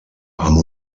amb